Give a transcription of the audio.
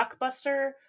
blockbuster